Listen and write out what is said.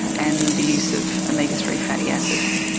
and the use of omega three fatty acids.